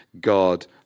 God